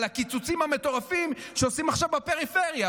הקיצוצים המטורפים שעושים עכשיו בפריפריה,